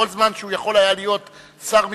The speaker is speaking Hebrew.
כל זמן שהוא יכול היה להיות שר המשפטים,